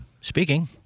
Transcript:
speaking